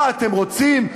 מה אתם רוצים,